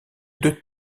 deux